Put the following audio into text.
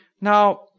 Now